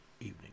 evening